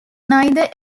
neither